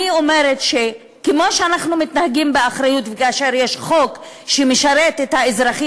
אני אומרת שכמו שאנחנו מתנהגים באחריות כאשר יש חוק שמשרת את האזרחים,